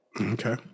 Okay